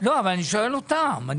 אבל אני שואל אותם,